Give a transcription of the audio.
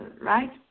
right